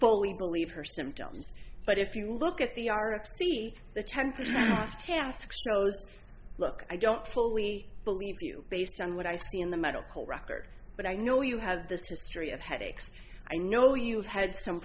fully believe her symptoms but if you look at the article see the temperature tasks look i don't fully believe you based on what i see in the medical record but i know you have this history of headaches i know you've had some